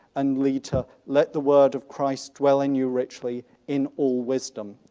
and lead to let the word of christ dwell in you richly in all wisdom.